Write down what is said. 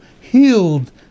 healed